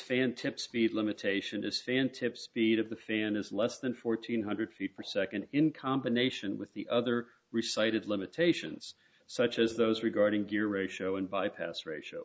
fan tip speed limitation to stand tip speed of the fan is less than fourteen hundred feet per second in combination with the other reciting limitations such as those regarding gear ratio and bypass ratio